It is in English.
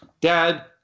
Dad